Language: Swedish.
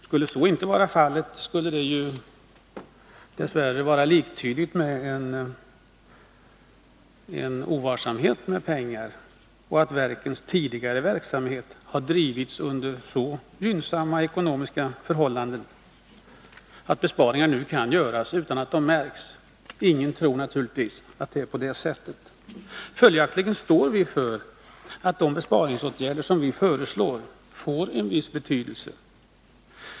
Skulle så inte vara fallet, skulle det ju dess värre vara liktydigt med ovarsamhet med pengar och att verkens tidigare verksamhet har drivits under så gynnsamma ekonomiska förhållanden att besparingar nu kan göras utan att de märks. Ingen tror naturligtvis att det är på det sättet. Följaktligen står vi för att de besparingsåtgärder som vi föreslår får en viss betydelse.